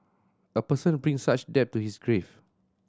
a person brings such debt to his grave